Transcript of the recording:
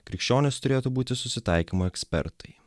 krikščionys turėtų būti susitaikymo ekspertai